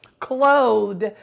clothed